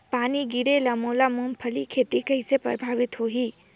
पानी गिरे ले मोर मुंगफली खेती कइसे प्रभावित होही?